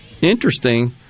Interesting